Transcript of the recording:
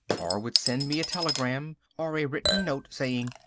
or would send me a telegram, or a written note saying,